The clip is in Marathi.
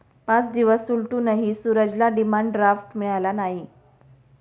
पाच दिवस उलटूनही सूरजला डिमांड ड्राफ्ट मिळाला नाही